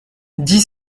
dix